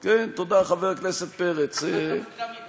תודה, חבר הכנסת פרץ, באת מוקדם מדי.